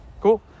Cool